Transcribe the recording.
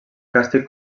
càstig